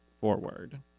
forward